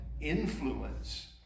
influence